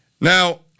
Now